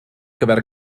gyfer